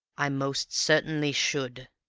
i most certainly should,